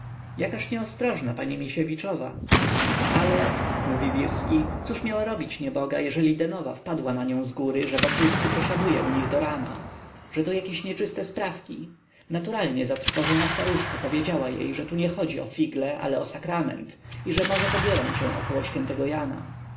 pani misiewiczowej jakaż nieostrożna pani misiewiczowa ale mówi wirski cóż miała robić nieboga jeżeli denowa wpadła na nią zgóry że wokulski przesiaduje u nich do rana że to jakieś nieczyste sprawy naturalnie zatrwożona staruszka powiedziała jej że tu nie chodzi o figle ale o sakrament i że może pobiorą się około świętego jana